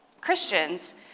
Christians